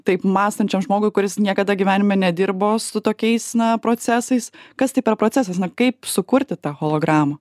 taip mąstančiam žmogui kuris niekada gyvenime nedirbo su tokiais na procesais kas tai per procesas na kaip sukurti tą hologramą